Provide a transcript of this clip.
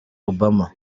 obama